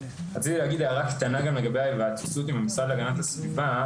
רציתי להעיר גם הערה קטנה לגבי ההיוועצות עם המשרד להגנת הסביבה: